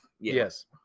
Yes